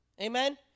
Amen